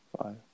Five